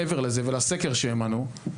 מעבר לזה ולסקר שהם ענו,